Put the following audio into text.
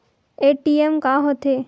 ATM का होथे?